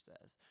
says